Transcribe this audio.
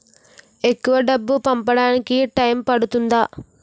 ఎక్కువ డబ్బు పంపడానికి టైం పడుతుందా?